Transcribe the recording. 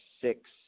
six